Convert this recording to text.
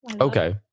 Okay